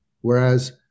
whereas